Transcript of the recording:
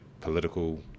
political